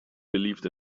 believed